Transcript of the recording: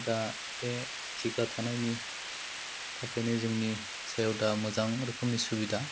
दा बे खिग्रा थानायनि थाखायनो जोंनि सायाव दा मोजां रोखोमनि सुबिदा